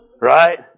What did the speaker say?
right